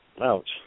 ouch